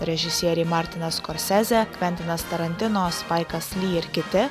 režisieriai martinas skorsezė kventinas tarantino spaikas ly ir kiti